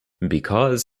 because